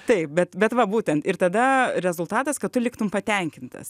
taip bet bet va būtent ir tada rezultatas kad tu liktum patenkintas